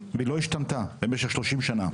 והיא לא השתנתה במשך 30 שנה.